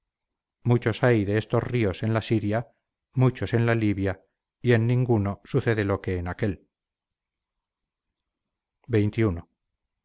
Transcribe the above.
muchos hay de estos ríos en la siria muchos en la libia y en ninguno sucede lo que en aquel